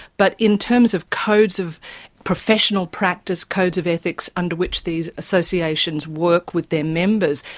but in terms of codes of professional practice, codes of ethics under which these associations work with their members,